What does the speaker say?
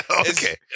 Okay